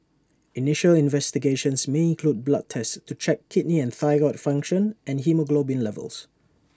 initial investigations may include blood tests to check kidney and thyroid function and haemoglobin levels